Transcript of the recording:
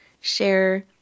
share